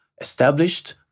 established